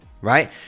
right